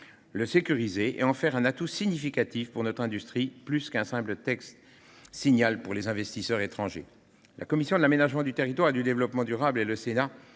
le sécuriser et en faire un véritable atout pour notre industrie, plutôt qu'un simple signal pour les investisseurs étrangers. La commission de l'aménagement du territoire et du développement durable et le Sénat